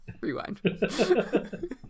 Rewind